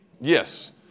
Yes